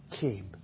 came